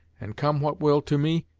and come what will to me,